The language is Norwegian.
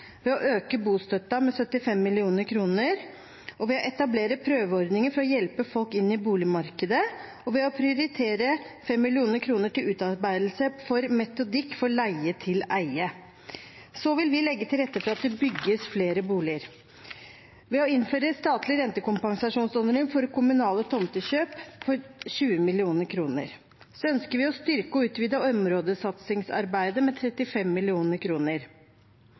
ved å øke bostøtten med 75 mill. kr, ved å etablere prøveordninger for å hjelpe folk inn i boligmarkedet og ved å prioritere 5 mill. kr til utarbeidelse av metodikk for leie til eie. Vi vil legge til rette for at det bygges flere boliger ved å innføre statlige rentekompensasjonsordninger for kommunale tomtekjøp for 20 mill. kr. Vi ønsker å styrke og utvide områdesatsingsarbeidet med 35